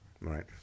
right